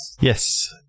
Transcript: Yes